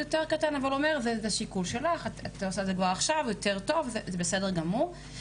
והמשמעות של זה היא שיכול להיות שיהיו הריונות בסיכון גבוה,